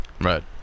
Right